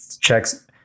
checks